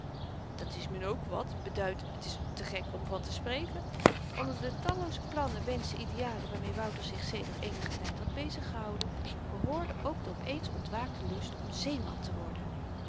dat s me n ook wat beduidt t is te gek om van te spreken onder de tallooze plannen wenschen idealen waarmee wouter zich sedert eenigen tyd had bezig gehouden behoorde ook de op eens ontwaakte lust om zeeman te worden